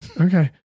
okay